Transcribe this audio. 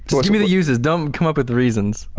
so give me the uses, don't come up with the reasons.